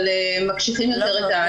אבל מקשיחים יותר את הקריטריונים.